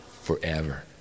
forever